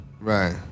Right